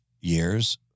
years